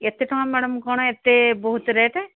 କେତେ ଟଙ୍କା ମ୍ୟାଡମ କ'ଣ ଏତେ ବହୁତ ରେଟ୍